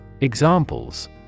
Examples